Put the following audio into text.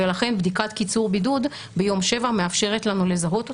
ולכן בדיקת קיצור בידוד ביום השביעי מאפשרת לנו לזהות אותם,